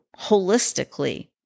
holistically